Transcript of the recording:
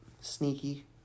sneaky